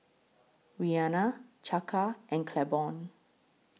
Rianna Chaka and Claiborne